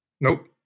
Nope